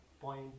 point